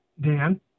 Dan